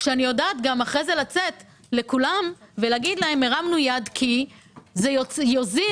כשאני יודעת לצאת לכולם ולהגיד: הרמנו יד כי זה יוזיל.